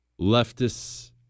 leftists